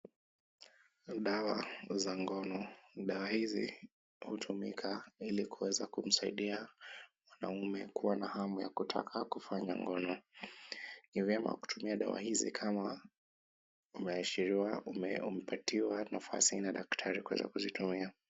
Dawa za ngono. Dawa hizi hutumika ili kuweza kumsaidia mwanaume kuwa na hamu ya kutaka kufanya ngono. Ni vyema kutumia dawa hizi kama umeashiriwa, umepatiwa nafasi na daktari kuweza kuzitumia.